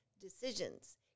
decisions